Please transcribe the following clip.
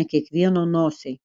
ne kiekvieno nosiai